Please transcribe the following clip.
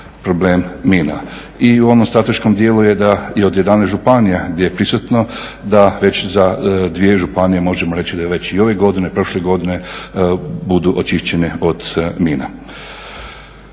problem mina. I u onom strateškom dijelu je da je od 11 županija gdje je prisutno da već za dvije županije možemo reći da je već i ove godine, prošle godine budu očišćene od mina.